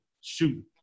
shoot